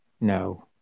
No